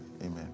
Amen